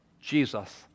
Jesus